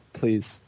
please